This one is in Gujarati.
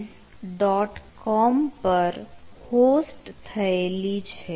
com પર હોસ્ટ થયેલી છે